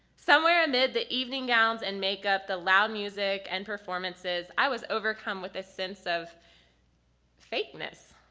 somewhere amid the evening gowns and makeup the like music and performances i was overcome with a sense of fakeness.